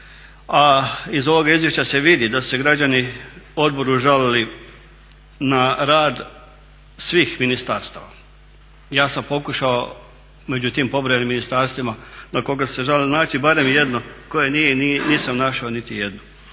a iz ovoga izvješća se vidi da su se građani Odboru žalili na rad svih ministarstava. Ja sam pokušao među tim pobrojanim ministarstvima na koga su se žalili naći barem jedno koje nije, nisam našao niti jednu.